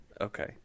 Okay